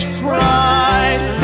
pride